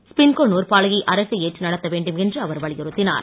ஸ்பின்கோ நூற்பாலையை அரசே ஏற்று நடத்த வேண்டும் என்று அவர் வலியுறுத்தினார்